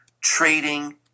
trading